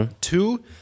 Two